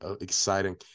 exciting